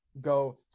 go